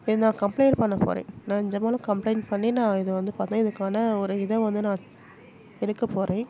இதை நான் கம்ப்ளைண்ட் பண்ண போகிறேன் நான் நிஜமாலும் கம்ப்ளைண்ட் பண்ணி நான் இதை வந்து பார்த்திங்கனா இதுக்கான ஒரு இதை வந்து நான் எடுக்கப் போகிறேன்